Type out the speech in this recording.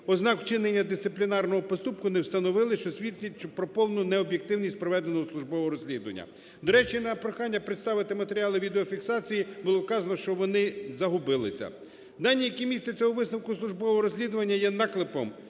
ознак вчинення дисциплінарного поступку не встановили, що свідчить про повну необ'єктивність проведеного службового розслідування. До речі, на прохання представити матеріали відео фіксації було вказано, що вони загубилися. Дані, які містяться у висновку службового розслідування, є наклепом